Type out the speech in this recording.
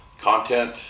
content